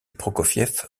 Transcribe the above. prokofiev